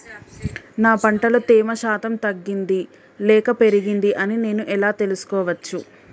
నా పంట లో తేమ శాతం తగ్గింది లేక పెరిగింది అని నేను ఎలా తెలుసుకోవచ్చు?